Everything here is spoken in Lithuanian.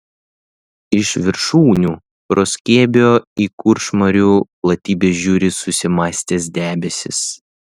iš viršūnių proskiebio į kuršmarių platybes žiūri susimąstęs debesis